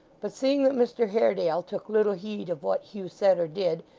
but seeing that mr haredale took little heed of what hugh said or did,